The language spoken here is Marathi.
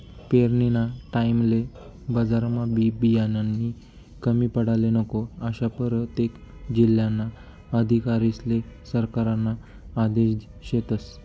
पेरनीना टाईमले बजारमा बी बियानानी कमी पडाले नको, आशा परतेक जिल्हाना अधिकारीस्ले सरकारना आदेश शेतस